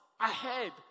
ahead